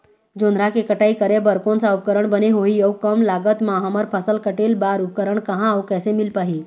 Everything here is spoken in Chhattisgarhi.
जोंधरा के कटाई करें बर कोन सा उपकरण बने होही अऊ कम लागत मा हमर फसल कटेल बार उपकरण कहा अउ कैसे मील पाही?